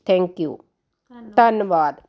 thank you ਧੰਨਵਾਦ